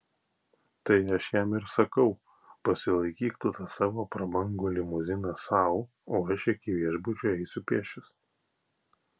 tai aš jam ir sakau pasilaikyk tu tą savo prabangu limuziną sau o aš iki viešbučio eisiu pėsčias